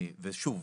ושוב,